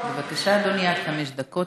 בבקשה, אדוני, עד חמש דקות.